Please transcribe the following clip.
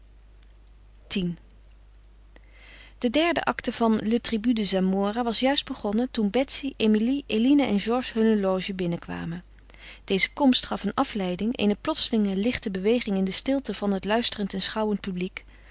x de derde acte van le tribut de zamora was juist begonnen toen betsy emilie eline en georges hunne loge binnenkwamen deze komst gaf een afleiding eene plotselinge lichte beweging in de stilte van het luisterend en schouwend publiek